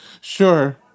Sure